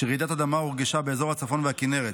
כשרעידת אדמה הורגשה באזור הצפון והכינרת.